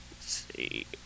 see